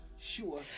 sure